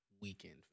weekend